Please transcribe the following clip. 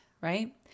right